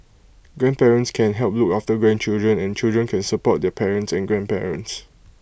grandparents can help look after grandchildren and children can support their parents and grandparents